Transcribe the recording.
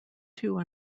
two